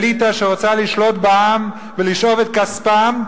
אליטה שרוצה לשלוט בעם ולשאוב את כספם,